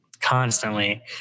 Constantly